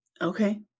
Okay